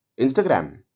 Instagram